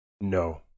No